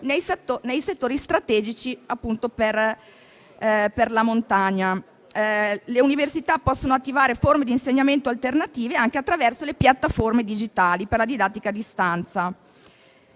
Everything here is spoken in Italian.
nei settori strategici per la montagna. Le università possono attivare forme di insegnamento alternative, anche attraverso le piattaforme digitali per la didattica a distanza.